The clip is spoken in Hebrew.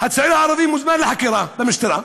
הצעיר הערבי מוזמן לחקירה במשטרה,